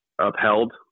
upheld